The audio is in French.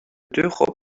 d’euros